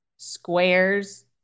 squares